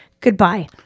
goodbye